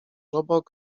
obok